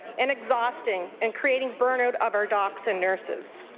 and exhausting and creating burn-out of our doctors and nurses.